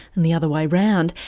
and the other way round,